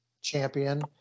champion